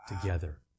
together